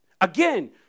Again